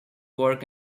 work